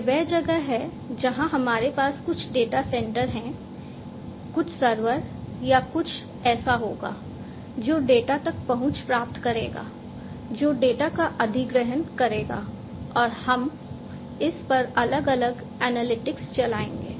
यह वह जगह है जहां हमारे पास कुछ डेटा सेंटर या कुछ सर्वर या कुछ ऐसा होगा जो डेटा तक पहुंच प्राप्त करेगा जो डेटा का अधिग्रहण करेगा और हम इस पर अलग अलग एनालिटिक्स चलाएंगे